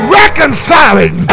reconciling